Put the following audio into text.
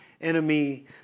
enemy